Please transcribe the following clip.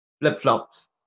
Flip-flops